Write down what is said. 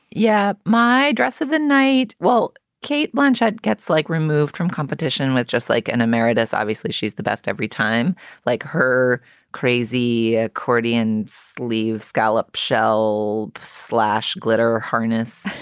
yeah. my dress of the night well, cate blanchett gets like removed from competition with just like an emeritus. obviously, she's the best every time like her crazy accordian sleeve scallop, shell slash glitter harness.